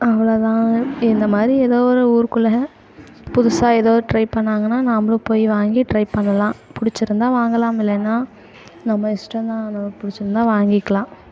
அவ்வளோதான் இந்தமாதிரி ஏதோ ஒரு ஊருக்குள்ளே புதுசாக ஏதோ ட்ரை பண்ணிணாங்கன்னா நாம்பளும் போய் வாங்கி ட்ரை பண்ணலாம் பிடிச்சிருந்தா வாங்கலாம் இல்லைனா நம்ம இஷ்டம்தான் நம்மளுக்கு பிடிச்சிருந்தா வாங்கிக்கலாம்